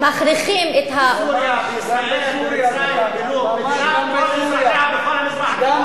מדינת כל אזרחיה בכל מקום מדינת כל אזרחיה בכל המזרח התיכון.